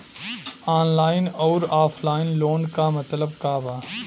Online अउर offline loan क मतलब का बा?